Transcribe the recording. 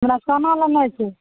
हमरा सामा लेनाइ छै